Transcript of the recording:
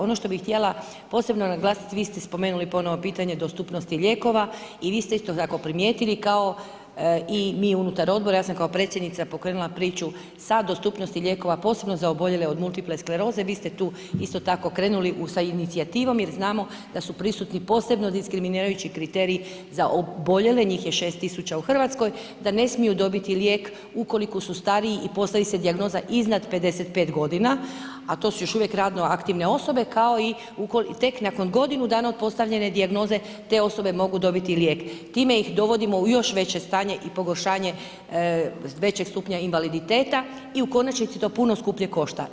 Ono što bi htjela posebno naglasiti, vi ste spomenuli ponovno pitanje dostupnosti lijekova, i vi ste isto tako primijetili kao i mi unutar odbora, ja sam kao predsjednica pokrenula priča sa dostupnosti lijekova, posebno za oboljele od multiple skleroze, vi ste tu isto tako krenuli sa inicijativom jer znamo da su prisutni posebno diskriminirajući kriteriji za oboljele, njih je 6000 u Hrvatskoj da ne smiju dobiti lijek ukoliko su stariji i postavi se dijagnoza iznad 55 godina a to su još uvijek radno aktivne osobe kao i tek nakon godinu dana od postavljene dijagnoze te osobe mogu dobiti lijek, time ih dovodimo u još veće stanje i pogoršanje većeg stupnja invaliditeta i u konačnici to puno skuplje košta.